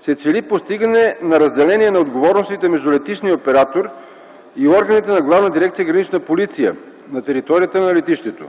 се цели постигане на разделение на отговорностите между летищния оператор и органите на Главна дирекция „Гранична полиция” на територията на летището.